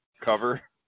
cover